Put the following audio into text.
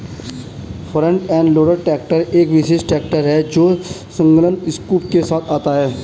front end loader tractor एक विशेष tractor है जो संलग्न स्कूप के साथ आता है